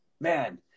man